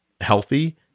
healthy